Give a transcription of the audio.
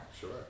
Sure